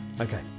Okay